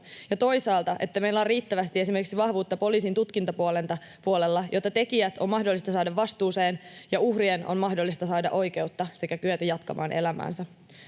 toisaalta että meillä on riittävästi esimerkiksi vahvuutta poliisin tutkintapuolella, jotta tekijät on mahdollista saada vastuuseen ja uhrien on mahdollista saada oikeutta sekä kyetä jatkamaan elämäänsä.